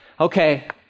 okay